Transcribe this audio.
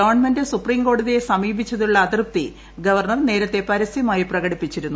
government supreme കോടതിയെ സമീപിച്ചതിലുള്ള അതൃപ്തി ഗവർണർ നേരത്തെ പരസ്യമായി പ്രകടിപ്പിച്ചിരുന്നു